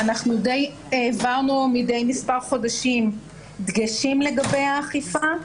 והעברנו מדי מספר חודשים דגשים לגבי האכיפה,